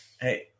Hey